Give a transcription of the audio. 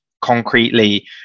concretely